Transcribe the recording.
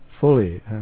fully